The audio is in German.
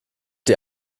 die